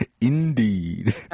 Indeed